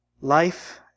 Life